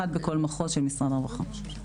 אחד בכל מחוז של משרד הרווחה.